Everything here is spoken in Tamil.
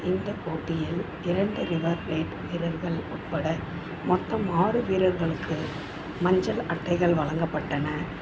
இந்த போட்டியில் இரண்டு ரிவர் ப்ளேட் வீரர்கள் உட்பட மொத்தம் ஆறு வீரர்களுக்கு மஞ்சள் அட்டைகள் வழங்கப்பட்டன